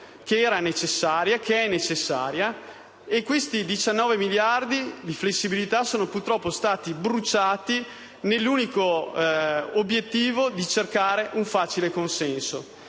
che era ed è necessaria. Questi 19 miliardi di flessibilità sono purtroppo stati bruciati per l'unico obiettivo di cercare un facile consenso.